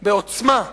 בעוצמה,